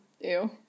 Ew